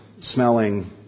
smelling